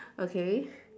okay